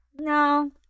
No